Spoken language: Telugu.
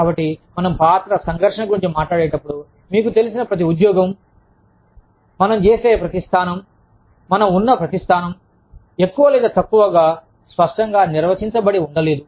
కాబట్టి మనం పాత్ర సంఘర్షణ గురించి మాట్లాడేటప్పుడు మీకు తెలిసిన ప్రతి ఉద్యోగం మనం చేసే ప్రతి స్థానం మనం ఉన్న ప్రతి స్థానం ఎక్కువ లేదా తక్కువ స్పష్టంగా నిర్వచించబడి ఉండలేదు